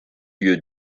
lieu